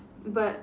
but